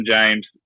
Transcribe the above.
James